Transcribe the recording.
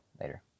Later